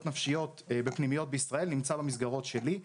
נפשיות בפנימיות בישראל נמצא במסגרות שלי.